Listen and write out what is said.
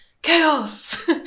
chaos